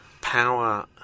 power